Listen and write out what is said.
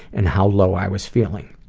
and how low i was feeling.